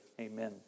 Amen